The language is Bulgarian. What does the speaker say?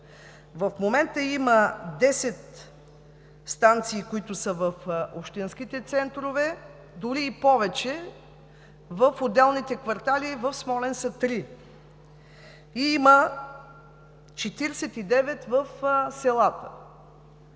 В момента има десет станции, които са в общинските центрове, дори и повече – в отделните квартали в Смолян са три, и има 49 в селата.